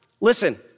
Listen